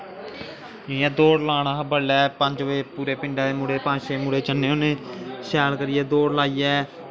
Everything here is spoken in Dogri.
जियां दौड़ लान अस बडलै पंज बज़े पूरे पिंडा दे मुड़े पंज छे बज़े जन्ने होन्ने शैल करियै दौड़ लाइयै